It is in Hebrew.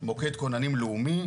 מוקד כוננים לאומי.